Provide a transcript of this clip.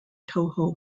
toho